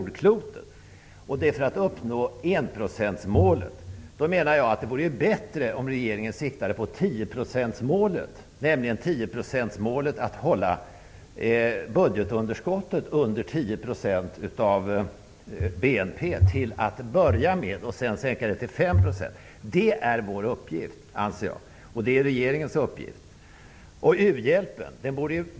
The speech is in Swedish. Detta för att uppnå enprocentsmålet. Det vore bättre om regeringen siktade på tioprocentsmålet, nämligen att hålla budgetunderskottet under 10 % av BNP till att börja med och sedan sänka det till 5 %. Det är vår uppgift, och det är regeringens uppgift.